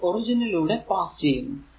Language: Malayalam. അത് ഒറിജിനിലൂടെ പാസ് ചെയ്യുന്നു